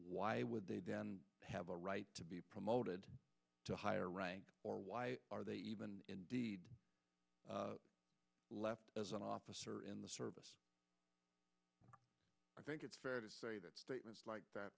why would they have a right to be promoted to higher rank or why are they even indeed left as an officer in the service i think it's fair to say that statements like that